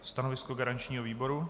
Stanovisko garančního výboru?